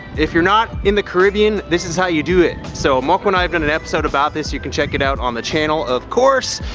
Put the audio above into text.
if you're not in the caribbean this is how you do it. so mokko and i did and and an episode about this, you can check it out on the channel, of course.